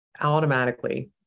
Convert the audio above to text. automatically